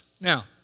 Now